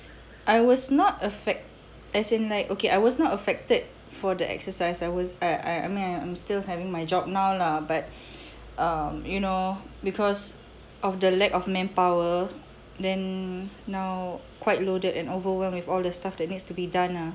I was not affect~ as in like okay I was not affected for the exercise I was I mean I'm still having my job now lah but um you know because of the lack of manpower then now quite loaded and overwhelmed with all the stuff that needs to be done ah